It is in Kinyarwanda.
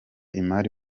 imari